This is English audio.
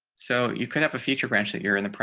so you could have a feature branch that you're in the,